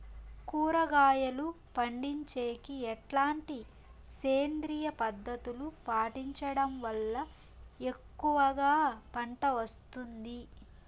కూరగాయలు పండించేకి ఎట్లాంటి సేంద్రియ పద్ధతులు పాటించడం వల్ల ఎక్కువగా పంట వస్తుంది?